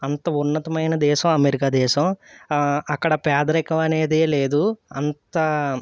అంత ఉన్నతమైన దేశం అమెరికా దేశం ఆ అక్కడ పేదరికం అనేదే లేదు అంత